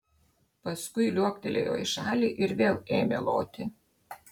paskui liuoktelėjo į šalį ir vėl ėmė loti